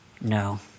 no